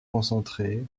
concentrées